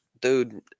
dude